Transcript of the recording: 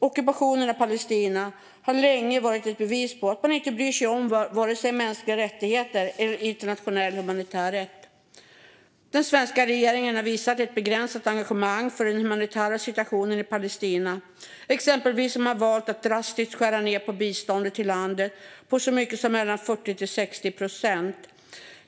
Ockupationen av Palestina har länge varit ett bevis på att man inte bryr sig om vare sig mänskliga rättigheter eller internationell humanitär rätt. Den svenska regeringen har visat ett begränsat engagemang för den humanitära situationen i Palestina. Exempelvis har man valt att drastiskt skära ned på biståndet till landet med så mycket som mellan 40 och 60 procent.